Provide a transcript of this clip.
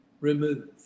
removed